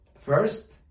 first